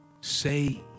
say